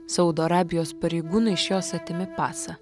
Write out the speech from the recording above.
saudo arabijos pareigūnai iš jos atėmė pasą